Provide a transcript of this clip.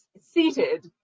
seated